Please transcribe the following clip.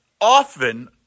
often